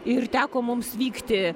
ir teko mums vykti